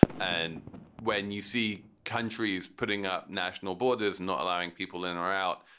and when you see countries putting up national borders, not allowing people in or out.